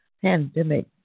pandemic